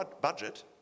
budget